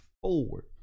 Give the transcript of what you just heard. forward